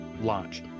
launch